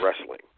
wrestling